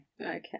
okay